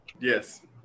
Yes